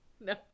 No